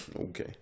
Okay